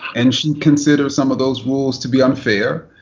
and she considers some of those rules to be unfair.